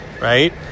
Right